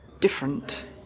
different